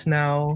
now